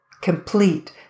complete